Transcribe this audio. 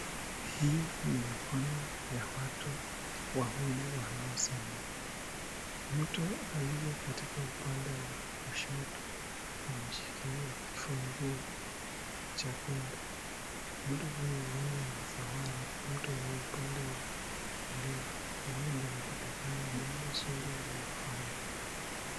Hii ni mikono ya watu wawili wanao salimiana, mtu aliye katika upande wa kushoto ameshikilia kifunguo cha gari. Mtu huyu huenda anazawadi mtu aliye upande wa kulia, huenda ni kutokana jambo zuri aliofanya.